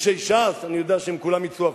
אנשי ש"ס, אני יודע שהם כולם יצאו החוצה.